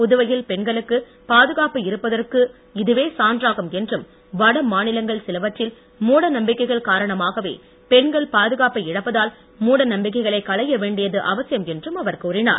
புதுவையில் பெண்களுக்கு பாதுகாப்பு இருப்பதற்கு இதுவே சான்றாகும் என்றும் வட மாநிலங்கள் சிலவற்றில் மூட நம்பிக்கைகள் காரணமாகவே பெண்கள் பாதுகாப்பை இழப்பதால் மூட நம்பிக்கைகளைக் களைய வேண்டியது அவசியம் என்றும் அவர் கூறினார்